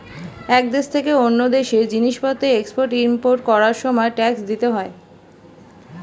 এক দেশ থেকে অন্য দেশে জিনিসপত্রের এক্সপোর্ট ইমপোর্ট করার সময় ট্যাক্স দিতে হয়